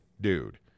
dude